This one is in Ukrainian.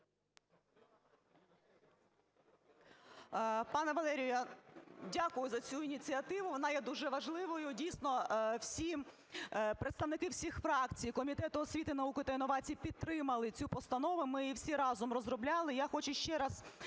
дякую за цю ініціативу, вона є дуже важливою. Дійсно, всі, представники всіх фракцій і Комітету освіти, науки та інновацій підтримали цю постанови, ми її всі разом розробляли.